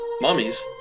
mummies